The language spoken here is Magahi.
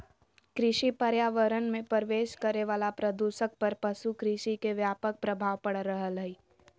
कृषि पर्यावरण मे प्रवेश करे वला प्रदूषक पर पशु कृषि के व्यापक प्रभाव पड़ रहल हई